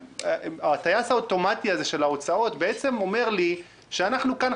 הטייס האוטומטי הזה של ההוצאות בעצם אומר לי שאנחנו כאן,